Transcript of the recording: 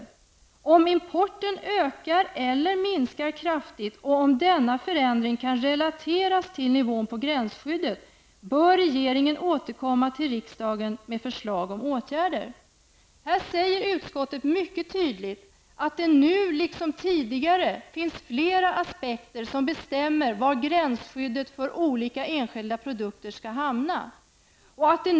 Om importen ökar eller minskar kraftigt och om denna förändring kan relateras till nivån på gränsskyddet bör regeringen återkomma till riksdagen med förslag om åtgärder.'' Utskottet säger här mycket tydligt, att det nu liksom tidigare finns flera aspekter som bestämmer var gränsskyddet för olika enskilda produkter skall hamna.